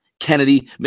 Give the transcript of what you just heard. Kennedy